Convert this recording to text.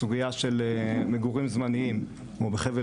הסוגייה של מגורים זמניים כמו בחבל